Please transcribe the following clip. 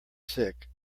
sick